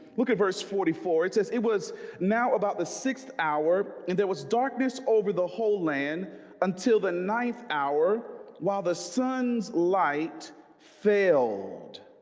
look at verse forty four it says it was now about the sixth hour and there was darkness over the whole land until the ninth hour while the sun's light failed